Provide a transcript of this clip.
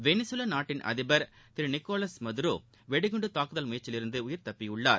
Venezuela நாட்டின் அதிபர் திரு நிக்கோலஸ் மதுரோ வெடிகுண்டு தாக்குதல் முயற்சியிலிருந்து உயிர் தப்பியுள்ளார்